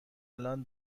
الآن